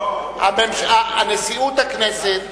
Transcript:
נשיאות הכנסת,